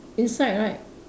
inside right